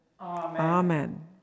Amen